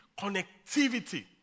connectivity